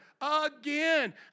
again